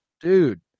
dude